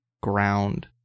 ground